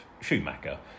Schumacher